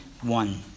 one